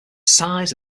size